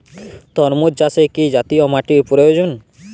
তরমুজ চাষে কি জাতীয় মাটির প্রয়োজন?